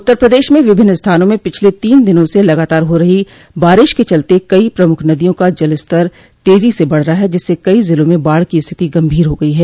उत्तर प्रदेश में विभिन्न स्थानों में पिछले तीन दिनों से लगातार हो रही बारिश के चलते कई प्रमुख नदियों का जलस्तर तेजी से बढ़ रहा है जिससे कई जिलों में बाढ़ की स्थिति गंभीर हो गई है